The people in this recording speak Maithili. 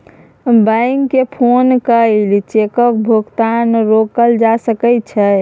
बैंककेँ फोन कए चेकक भुगतान रोकल जा सकै छै